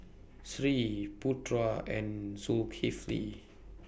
Sri Putra and Zulkifli